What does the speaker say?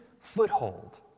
foothold